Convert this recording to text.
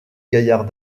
gaillard